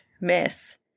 miss